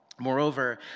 Moreover